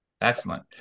Excellent